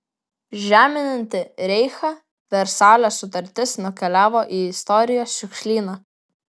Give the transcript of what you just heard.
žeminanti reichą versalio sutartis nukeliavo į istorijos šiukšlyną